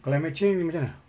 climate change (ni macam mana